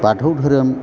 बाथौ धोरोम